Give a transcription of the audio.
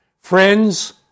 Friends